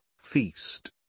Feast